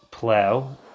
plow